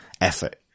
effort